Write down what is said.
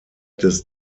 des